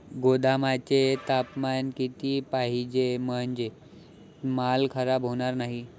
गोदामाचे तापमान किती पाहिजे? म्हणजे माल खराब होणार नाही?